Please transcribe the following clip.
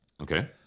Okay